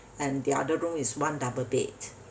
and the other room is one double bed